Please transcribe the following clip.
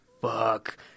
fuck